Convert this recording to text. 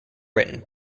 written